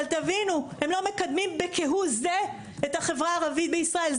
אבל תבינו הם לא מקדמים ב-כהוא זה את החברה הערבית בישראל,